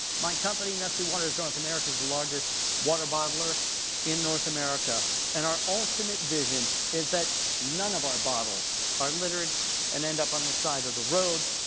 my company, nestle waters north america is the largest water bottler in north america and our ultimate vision is that none of our bottles are littered and end up on the side of the road,